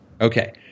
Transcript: Okay